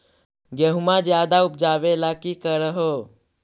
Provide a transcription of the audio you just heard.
गेहुमा ज्यादा उपजाबे ला की कर हो?